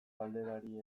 galderari